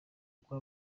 uko